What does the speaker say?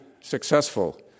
successful